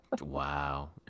Wow